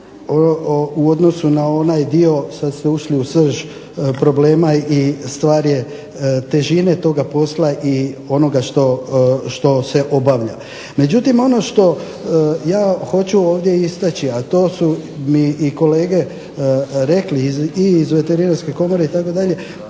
u odnosu na onaj dio, sad ste ušli u srž problema i stvar je težine toga posla i onoga što se obavlja. Međutim, ono što ja hoću ovdje istaći, a to su mi i kolege rekli i iz Veterinarske komore itd., da